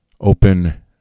open